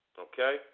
Okay